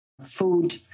Food